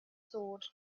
sword